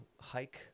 hike